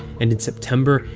and in september,